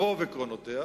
רוב עקרונותיה,